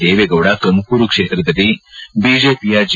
ದೇವೇಗೌಡ ತುಮಕೂರು ಕ್ಷೇತ್ರದಲ್ಲಿ ಬಿಜೆಪಿಯ ಜಿ